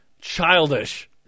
childish